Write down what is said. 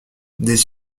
des